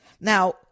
Now